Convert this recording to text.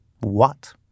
What